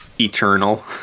eternal